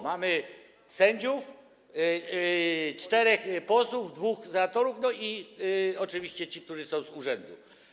Mamy sędziów, czterech posłów, dwóch senatorów, no i oczywiście tych, którzy są z urzędu.